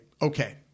okay